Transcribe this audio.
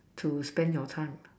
to spend your time